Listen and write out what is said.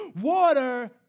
water